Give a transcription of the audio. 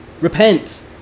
repent